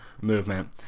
movement